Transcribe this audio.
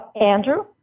Andrew